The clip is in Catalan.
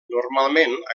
normalment